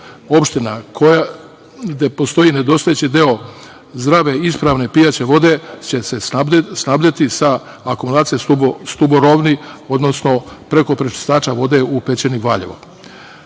opština gde postoji nedostojeći deo zdrave, ispravne, pijaće vode, će se snabdeti sa akomulacije „Stubo Rovni“, odnosno preko prečistača vode u Pećini Valjevo. Naravno